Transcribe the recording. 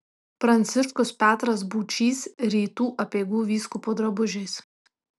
pranciškus petras būčys rytų apeigų vyskupo drabužiais